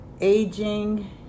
Aging